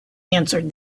answered